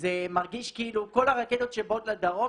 וזה מרגיש כאילו כל הרקטות שבאות לדרום